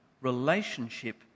relationship